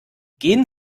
gehen